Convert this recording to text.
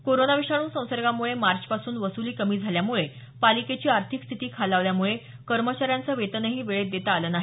corona विषाणू संसर्गामुळे मार्चपासून वसुली कमी झाल्यामुळे पालिकेची आर्थिक स्थिती खालावल्यामुळे कर्मचाऱ्यांचं वेतनही वेळेत देता आलं नाही